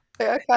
Okay